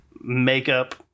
makeup